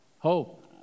Hope